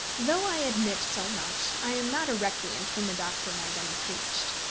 though i admit so much, i am not a recreant from the doctrine i then preached.